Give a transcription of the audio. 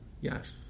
Yes